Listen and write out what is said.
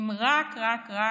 אם רק רק רק